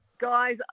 Guys